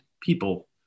people